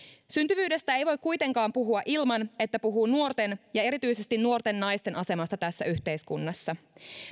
syntyvyydestä ei voi kuitenkaan puhua ilman että puhuu nuorten ja erityisesti nuorten naisten asemasta tässä yhteiskunnassa